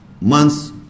months